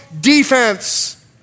defense